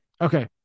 Okay